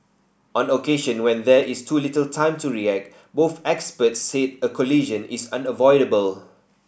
on occasion when there is too little time to react both experts said a collision is unavoidable